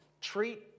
treat